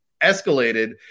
escalated